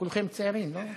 כולכם צעירים, לא?